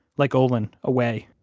like olin, away,